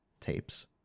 tapes